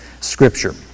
Scripture